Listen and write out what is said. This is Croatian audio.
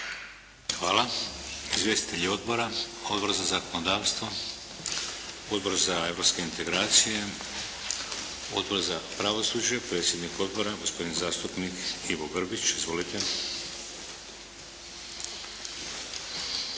Hvala. Izvjestitelji odbora. Odbor za zakonodavstvo? Odbor za europske integracije? Odbor za pravosuđe, predsjednik Odbora gospodin zastupnik Ivo Grbić. Izvolite.